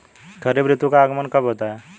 खरीफ ऋतु का आगमन कब होता है?